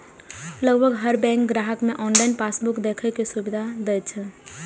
लगभग हर बैंक ग्राहक कें ऑनलाइन पासबुक देखै के सुविधा दै छै